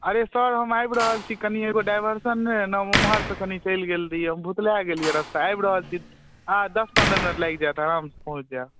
अरे सर हम आबि रहल छी कनी एगो डाइभरसन रहै ने ओम्हरसँ कनी चलि गेल रहियै हम भुतला गेलियै रस्ता आब रहल छी हँ दस पन्द्रह मिनट लागि जायत आरामसँ पहुँच जायब